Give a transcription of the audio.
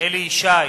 אברהם דיכטר,